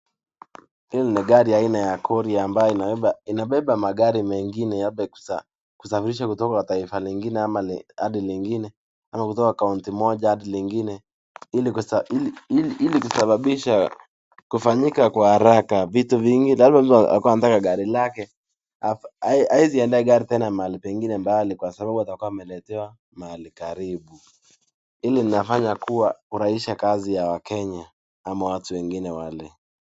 Hili ni gari ambalo ni aina ya gori linabeba magari mengine kusafirisha kutoka mataifa lingine hadi lingine ama kutoa kaunti moja hadi lingine hili hili kusababisha kufanyika kwa haraka vitu nyingi labda mtu alikuwa nataka gari lake ... kurahisisha watu wa keny ama watu wengine wale